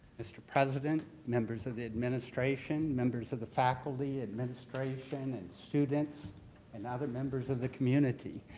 mr. president, members of the administration, members of the faculty, administration, and students and other members of the community.